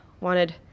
wanted